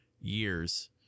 years